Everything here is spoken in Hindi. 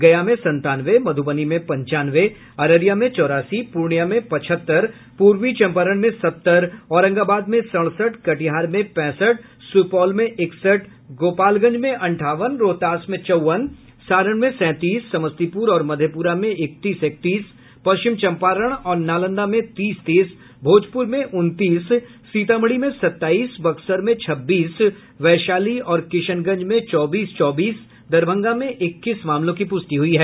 गया में संतानवे मध्रबनी में पंचानवे अररिया में चौरासी पूर्णिया में पचहत्तर पूर्वी चंपारण में सत्तर औरंगाबाद में सड़सठ कटिहार में पैंसठ सुपौल में इकसठ गोपालगंज में अंठावन रोहतास में चौवन सारण में सैंतीस समस्तीपुर और मधेप्ररा में इकतीस इकतीस पश्चिम चंपारण और नालंदा में तीस तीस भोजप्र में उनतीस सीतामढ़ी में सताईस बक्सर में छब्बीस वैशाली और किशनगंज में चौबीस चौबीस दरभंगा में इक्कीस मामलों की पुष्टि हुई है